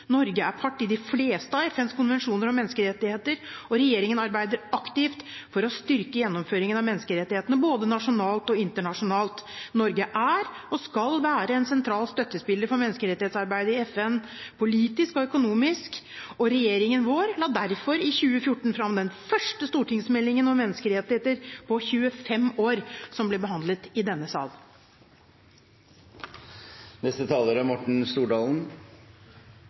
Norge er part i de fleste av FNs konvensjoner om menneskerettigheter, og regjeringen arbeider aktivt for å styrke gjennomføringen av menneskerettighetene både nasjonalt og internasjonalt. Norge er og skal være en sentral støttespiller for menneskerettighetsarbeidet i FN, politisk og økonomisk. Regjeringen vår la derfor i 2014 fram den første stortingsmeldingen om menneskerettigheter på 25 år som ble behandlet i denne sal.